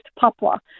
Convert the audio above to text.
Papua